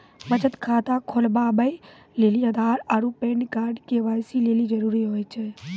बचत खाता खोलबाबै लेली आधार आरू पैन कार्ड के.वाइ.सी लेली जरूरी होय छै